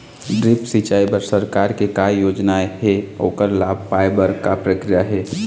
Drip सिचाई बर सरकार के का योजना हे ओकर लाभ पाय बर का प्रक्रिया हे?